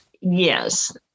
Yes